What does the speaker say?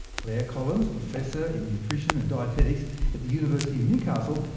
clare collins, professor in nutrition and dietetics at the university of newcastle,